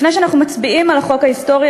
לפני שאנחנו מצביעים על החוק ההיסטורי